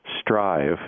strive